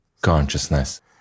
consciousness